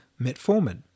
metformin